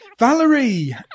Valerie